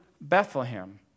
Bethlehem